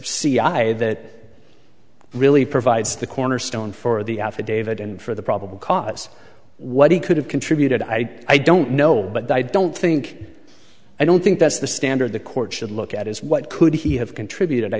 i that really provides the cornerstone for the affidavit and for the probable cause what he could have contributed i i don't know but i don't think i don't think that's the standard the court should look at is what could he have contributed i